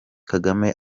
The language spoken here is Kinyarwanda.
kagame